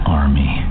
army